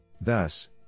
Thus